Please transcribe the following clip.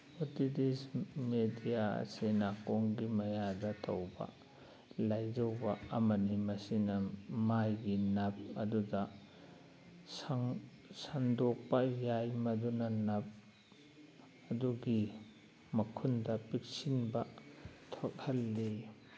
otitis media ꯑꯁꯦ ꯅꯥꯀꯣꯡꯒꯤ ꯃꯌꯥꯗ ꯇꯧꯕ ꯂꯥꯏꯖꯧꯕ ꯑꯃꯅꯤ ꯃꯁꯤꯅ ꯃꯥꯏꯒꯤ ꯅꯥꯞ ꯑꯗꯨꯗ ꯁꯟꯗꯣꯛꯄ ꯌꯥꯏ ꯃꯗꯨꯅ ꯅꯞ ꯑꯗꯨꯒꯤ ꯃꯈꯨꯟꯗ ꯄꯤꯛꯁꯤꯟꯕ ꯊꯣꯛꯍꯜꯂꯤ